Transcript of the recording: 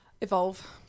evolve